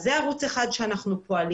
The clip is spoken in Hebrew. זה ערוץ אחד בו אנחנו פועלים.